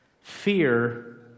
fear